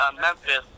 Memphis